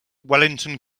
wellington